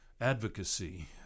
advocacy